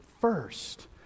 first